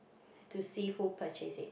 to see who purchased it